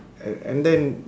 and and then